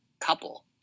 couple